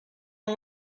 اون